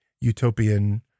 utopian